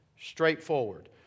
straightforward